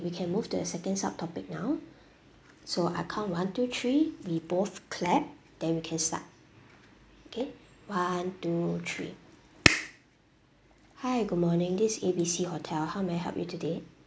we can move the second sub topic now so I count one two three we both clap then we can start okay one two three hi good morning this A B C hotel how may I help you today